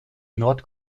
nord